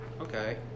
Okay